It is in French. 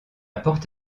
porte